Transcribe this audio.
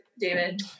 David